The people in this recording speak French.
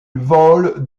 vole